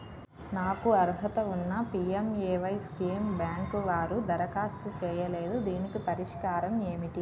నాకు అర్హత ఉన్నా పి.ఎం.ఎ.వై స్కీమ్ బ్యాంకు వారు దరఖాస్తు చేయలేదు దీనికి పరిష్కారం ఏమిటి?